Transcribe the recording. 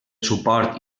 suport